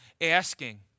asking